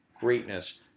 greatness